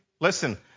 listen